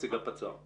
נציג הפצ"ר, בבקשה.